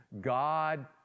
God